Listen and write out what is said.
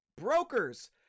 brokers